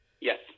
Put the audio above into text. Yes